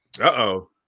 Uh-oh